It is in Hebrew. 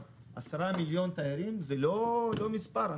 10 מיליון תיירים זה לא מספר.